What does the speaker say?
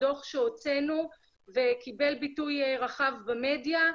הדו"ח שהוצאנו וקיבל ביטוי רחב במדיה,